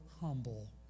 humble